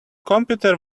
computer